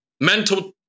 mental